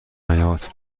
نیاد